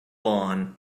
lawn